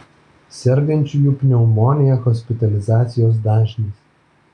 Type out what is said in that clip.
sergančiųjų pneumonija hospitalizacijos dažnis